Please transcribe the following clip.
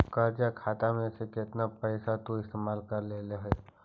कर्ज खाता में से केतना पैसा तु इस्तेमाल कर लेले हे